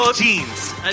Jeans